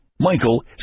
Michael